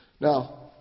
Now